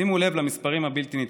שימו לב למספרים הבלתי-נתפסים: